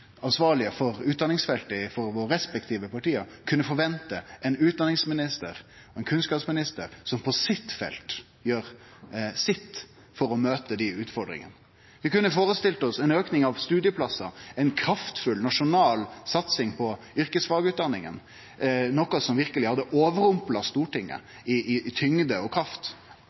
ansvarlege for utdanningsfeltet for våre respektive parti, kunne forvente ein utdanningsminister, ein kunnskapsminister som på sitt felt gjer sitt for å møte dei utfordringane. Vi kunne førestilt oss ein auke av studieplassar, ei kraftfull nasjonal satsing på yrkesfagutdanninga, noko som verkeleg hadde overrumpla Stortinget i tyngde og kraft.